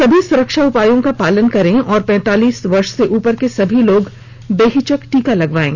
सभी सुरक्षा उपायों का पालन करें और पैंतालीस वर्ष से उपर के सभी लोग बेहिचक टीका लगवायें